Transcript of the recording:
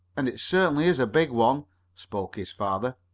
and it certainly is a big one spoke his father.